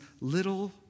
little